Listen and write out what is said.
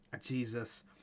Jesus